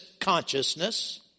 consciousness